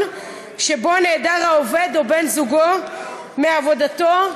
שבו נעדר העובד או בן-זוגו מעבודתו.